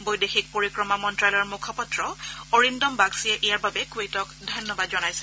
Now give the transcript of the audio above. বৈদেশিক পৰিক্ৰমা মন্তালয়ৰ মুখপাত্ৰ অৰিন্দম বাগছীয়ে ইয়াৰ বাবে কুৱেইটক ধন্যবাদ জনাইছে